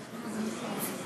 חוק התגמולים לנפגעי